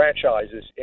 franchises